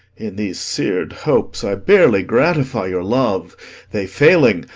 in these fear'd hopes i barely gratify your love they failing,